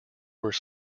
were